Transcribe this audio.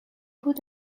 would